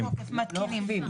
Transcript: מתקינים.